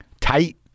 tight